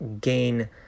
gain